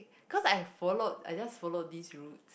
cause I follow I just follow this rude